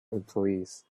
employees